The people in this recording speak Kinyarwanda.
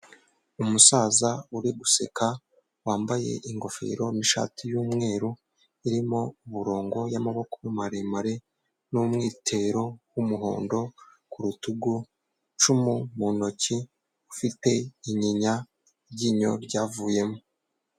Umusaza uri guseka wambaye ingofero n'ishati y'umweru, irimo uburongo y'amaboko maremare n'umwitero w'umuhondo ku rutugu, icumu mu ntoki ufite inyinya; iryinyo ryavuyemo.